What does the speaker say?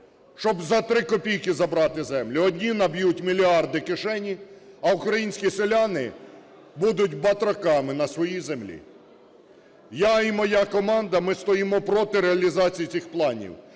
щоб за три копійки забрати землю. Одні наб'ють мільярди в кишені, а українські селяни будуть батраками на своїй землі. Я і моя команда, ми стоїмо проти реалізації цих планів.